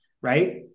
right